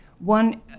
One